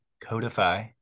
Codify